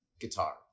guitar